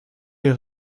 les